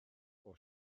oes